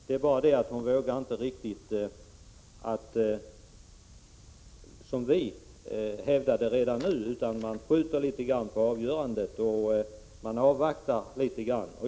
Däremot vågar hon inte — på samma sätt som moderata samlingspartiet — framhålla detta nu, utan hon skjuter på avgörandet.